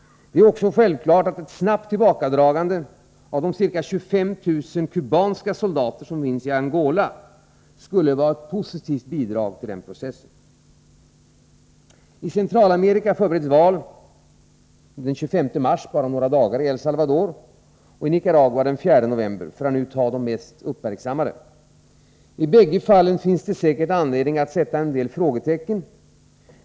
Det är också självklart att ett snabbt tillbakadragande av de ca 25 000 kubanska soldater som finns i Angola skulle vara ett positivt bidrag till denna process. I Centralamerika förbereds val — den 25 mars, om bara några dagar, i El Salvador, och den 4 november i Nicaragua, för att nu nämna de mest uppmärksammade. I bägge fallen finns det säkert anledning att sätta en del frågetecken.